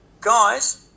Guys